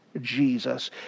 Jesus